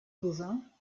bovins